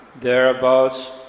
thereabouts